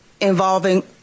involving